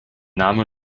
name